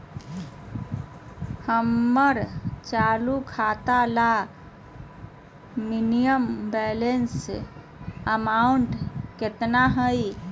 हमर चालू खाता ला मिनिमम बैलेंस अमाउंट केतना हइ?